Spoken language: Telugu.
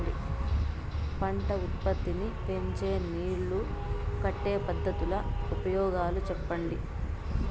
పంట ఉత్పత్తి నీ పెంచే నీళ్లు కట్టే పద్ధతుల ఉపయోగాలు చెప్పండి?